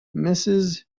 mrs